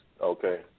okay